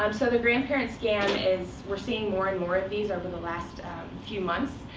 um so the grandparent scam is we're seeing more and more of these over the last few months,